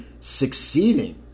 succeeding